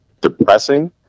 depressing